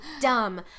dumb